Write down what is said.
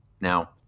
Now